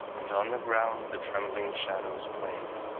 and on the ground the trembling shadows played.